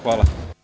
Hvala.